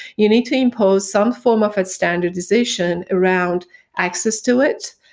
you need to impose some form of a standardization around access to it,